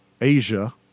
asia